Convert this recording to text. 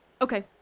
Okay